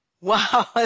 wow